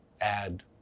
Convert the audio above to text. add